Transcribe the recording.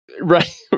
right